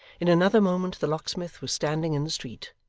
in another moment the locksmith was standing in the street,